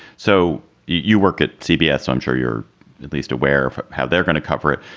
so you work at cbs, so i'm sure you're at least aware how they're going to cover it.